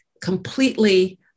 completely